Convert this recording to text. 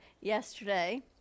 yesterday